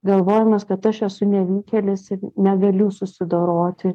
galvojimas kad aš esu nevykėlis ir negaliu susidoroti